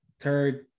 third